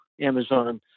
Amazon